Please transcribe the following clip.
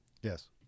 Yes